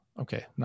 Okay